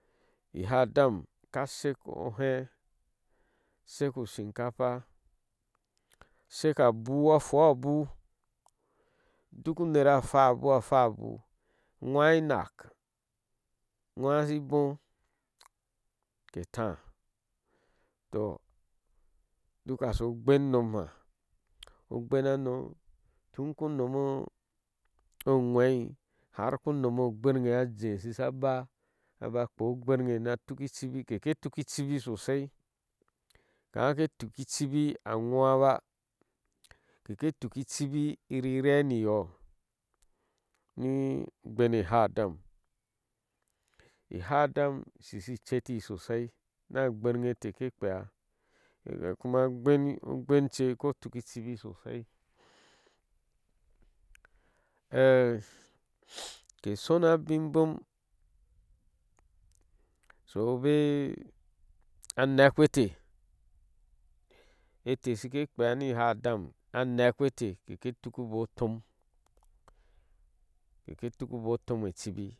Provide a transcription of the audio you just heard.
Ihadam ka shek ohee ashek ushinkafa shek abu a hwua abu duk une a hwaa abu a huwaa abu a ŋwai inak a ŋwasi ibooh ke tah. toh duk asho gben unom ha ogben hano otun ku nomo edwei har ku nomo agbeŋe a jee shisha baa. a baa kpog ogbeŋe na tuki ichibi kedke tuki ichibi sosai ke hake tuki ichibi na ŋwa ba keke tuki ichibin ni ire ninyo ni ogben e ihadam i hadam ishishi ket sosi nu abgben ŋ teh ke pkea ogben ogben cha ke tuki idibi solsi ke shona abin bon soy ba anekpeteh etah shike kpeea ni ihadam anekpeh keke tuki imbooh otam keke tuki imbooh otom echibi.